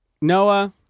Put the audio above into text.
Noah